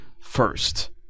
first